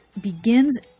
begins